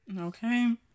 Okay